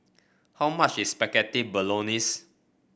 how much is Spaghetti Bolognese